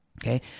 Okay